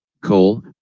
coal